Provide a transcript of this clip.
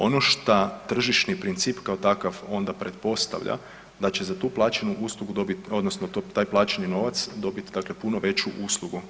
Ono šta tržišni princip kao takav onda pretpostavlja da će za tu plaćenu uslugu dobiti odnosno taj plaćeni novac dobit dakle puno veću uslugu.